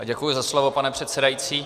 Děkuji za slovo, pane předsedající.